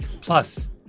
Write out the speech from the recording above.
Plus